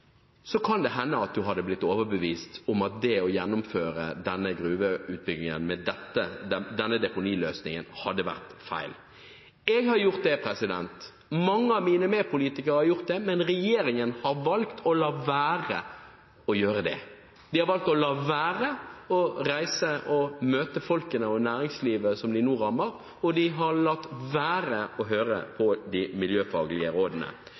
kan det hende at du hadde blitt overbevist om at det å gjennomføre denne gruveutbyggingen med denne deponiløsningen hadde vært feil. Jeg har gjort det, mange av mine medpolitikere har gjort det, men regjeringen har valgt å la være å gjøre det. De har valgt å la være å møte folkene og næringslivet som de nå rammer, og de har latt være å høre på de miljøfaglige